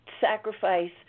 sacrifice